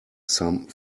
some